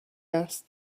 asked